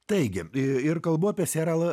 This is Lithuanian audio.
taigi ir kalbu apie serialą